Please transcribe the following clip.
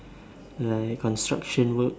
like construction work